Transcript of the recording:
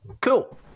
Cool